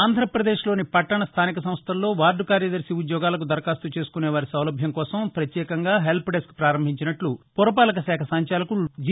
ఆంధ్రప్రదేశ్లోని పట్టణ స్థానిక సంస్థల్లో వార్డు కార్యదర్శి ఉద్యోగాలకు దరఖాస్తు చేసుకునేవారి సౌలభ్యం కోసం ప్రత్యేకంగా హెల్ప్ డెస్క్ పారంభించినట్ల పురపాలక శాఖ సంచాలకులు జి